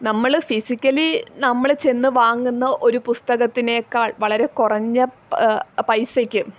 നമ്മൾ ഫിസിക്കലി നമ്മൾ ചെന്ന് വാങ്ങുന്ന ഒരു പുസ്തകത്തിനെക്കാൾ വളരെ കുറഞ്ഞ പൈസയ്ക്ക്